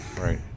Right